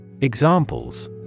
Examples